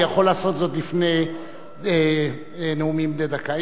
אני יכול לעשות זאת לפני נאומים בני דקה.